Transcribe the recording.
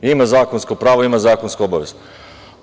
Ima zakonsko pravo, ima zakonsku obavezu.